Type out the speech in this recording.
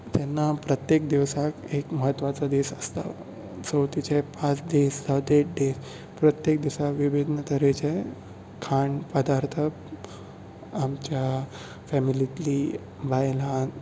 तेन्ना प्रत्येक दिवसाक एक म्हत्वाचो दीस आसता चवथीचे पांच दीस जावं देड दीस प्रत्येक दिसाक विभिन्न तरेचे खाण पदार्थ आमच्या फॅमिलींतली बायलां